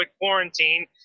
quarantine